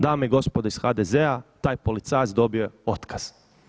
Dame i gospodo iz HDZ-a taj policajac dobio je otkaz.